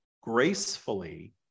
gracefully